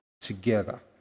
together